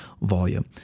volume